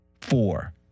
four